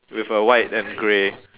with a white and grey